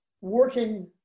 working